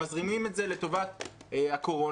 מזרימים את זה לטובת הקורונה.